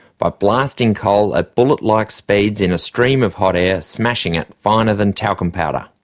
by blasting coal at bullet-like speeds in a stream of hot air, smashing it finer than talcum powder.